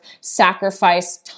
sacrifice